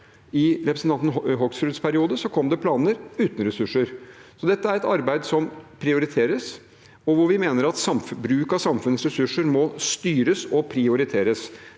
I representanten Hoksruds periode kom det planer uten ressurser. Dette er et arbeid som prioriteres, og vi mener at bruk av samfunnets ressurser må styres og prioriteres.